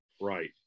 Right